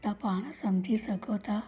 तव्हां पाण सम्झी सघो था